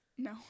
No